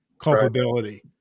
culpability